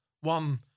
one